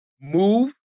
move